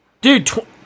Dude